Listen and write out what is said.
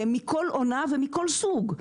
מכל עונה ומכל סוג.